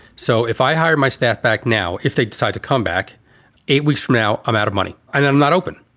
so if i hire my staff back now, if they decide to come back eight weeks from now, i'm out of money and i'm not open.